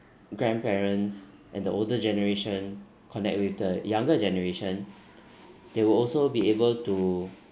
grandparents and the older generation connect with the younger generation they will also be able to